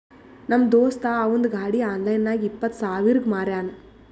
ನಮ್ ದೋಸ್ತ ಅವಂದ್ ಗಾಡಿ ಆನ್ಲೈನ್ ನಾಗ್ ಇಪ್ಪತ್ ಸಾವಿರಗ್ ಮಾರ್ಯಾನ್